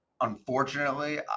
unfortunately